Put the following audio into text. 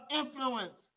influence